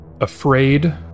afraid